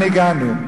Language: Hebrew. לאן הגענו?